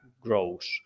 grows